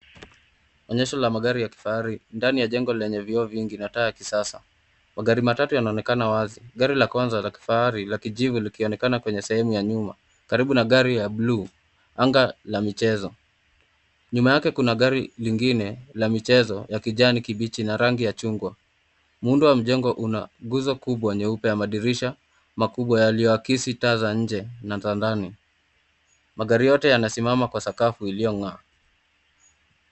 Onyesho la magari ya kifahari ndani ya jengo yenye vioo nyingi na mataa ya kisasa. Magari matatu yanaonekana wazi gari la kwanza la kifahari la kijivu likioneka kwenye sehemu ya nyuma karibu na gari ya bluu. Anga la michezo. Nyuma yake kuna gari lingine la michezo ya kijani kibichi na rangi ya chungwa. Muundo wa mjengo una nguzo kubwa nyeupe ya madirisha makubwa yaliyoakisi taa za nje na za ndani. Magari yote yanasimama kwa sakafu iliyong'aa.